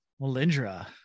Melindra